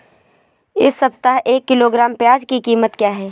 इस सप्ताह एक किलोग्राम प्याज की कीमत क्या है?